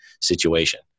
situation